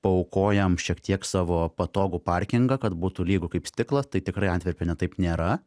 paaukojam šiek tiek savo patogų parkingą kad būtų lygu kaip stiklas tai tikrai antverpene taip nėra